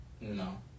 No